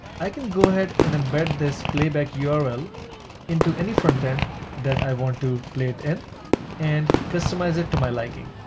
i can go ahead and embed this playback yeah url into any frontend that i want to play it in and customize it to my liking.